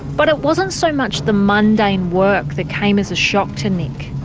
but it wasn't so much the mundane work that came as a shock to nick,